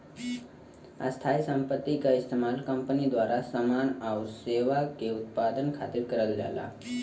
स्थायी संपत्ति क इस्तेमाल कंपनी द्वारा समान आउर सेवा के उत्पादन खातिर करल जाला